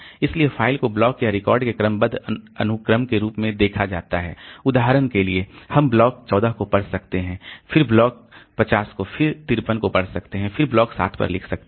इसलिए फ़ाइल को ब्लॉक या रिकॉर्ड के क्रमबद्ध अनुक्रम के रूप में देखा जाता है उदाहरण के लिए हम ब्लॉक 14 को पढ़ सकते हैं फिर ब्लॉक 50 को फिर 53 को पढ़ सकते हैं फिर ब्लॉक 7 पर लिख सकते हैं